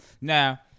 Now